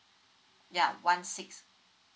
ya one six